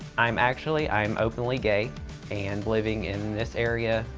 i'm actually, i'm openly gay and living in this area,